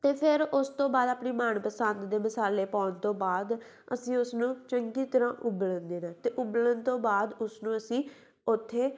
ਅਤੇ ਫਿਰ ਉਸ ਤੋਂ ਬਾਅਦ ਆਪਣੀ ਮਨਪਸੰਦ ਦੇ ਮਸਾਲੇ ਪਾਉਣ ਤੋਂ ਬਾਅਦ ਅਸੀਂ ਉਸਨੂੰ ਚੰਗੀ ਤਰ੍ਹਾਂ ਉਬਲਣ ਦੇਣਾ ਅਤੇ ਉਬਲਣ ਤੋਂ ਬਾਅਦ ਉਸਨੂੰ ਅਸੀਂ ਉੱਥੇ